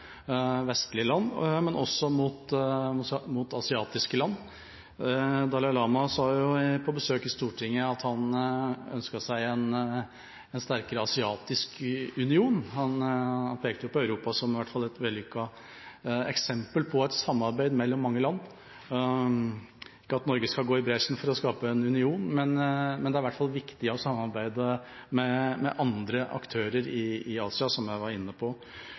vestlige land, men også med asiatiske land. Dalai Lama sa da han var på besøk i Stortinget, at han ønsker seg en sterkere asiatisk union. Han pekte på Europa som et vellykket eksempel på et samarbeid mellom mange land. Ikke det at Norge skal gå i bresjen for å skape en union, men det er i hvert fall viktig å samarbeide med andre aktører i Asia, som jeg var inne på.